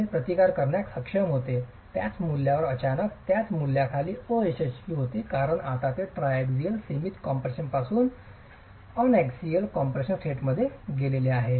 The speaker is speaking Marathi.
जे प्रतिकार करण्यास सक्षम होते त्याच मूल्यावर अचानक त्याच मूल्याखाली अयशस्वी होते कारण आता ते ट्रायझिअल सीमित कॉम्प्रेशनपासून अनअॅक्सियल कॉम्प्रेशन स्टेटमध्ये गेले आहे